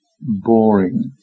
boring